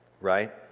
right